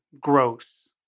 Gross